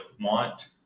want